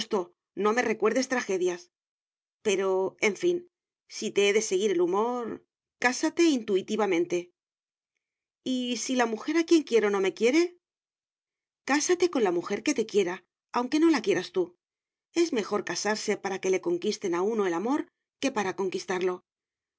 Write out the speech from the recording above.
no me recuerdes tragedias pero en fin si te he de seguir el humor cásate intuitivamente y si la mujer a quien quiero no me quiere cásate con la mujer que te quiera aunque no la quieras tú es mejor casarse para que le conquisten a uno el amor que para conquistarlo